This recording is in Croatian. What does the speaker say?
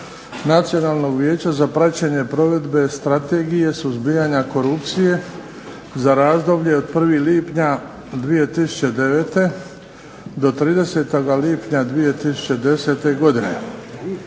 Nacionalnog vijeća za praćenje provedbe Strategije suzbijanja korupcije za razdoblje od 1. lipnja 2009. do 30. lipnja 2010. godine